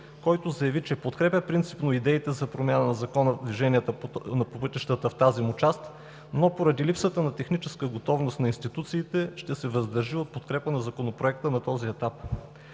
който заяви, че подкрепя принципно идеите за промяна на Закона за движението по пътищата в тази му част, но поради липсата на техническа готовност на институциите ще се въздържи от подкрепа на Законопроекта на този етап.